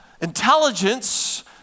Intelligence